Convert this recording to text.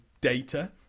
Data